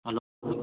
hello